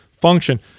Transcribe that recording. function